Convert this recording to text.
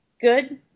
good